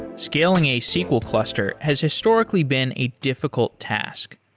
scaling a sql cluster has historically been a difficult task.